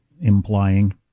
implying